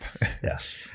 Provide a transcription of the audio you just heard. Yes